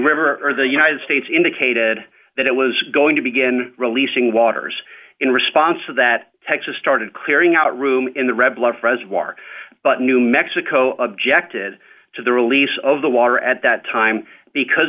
river or the united states indicated that it was going to begin releasing waters in response that texas started clearing out room in the red blood for as war but new mexico objected to the release of the water at that time because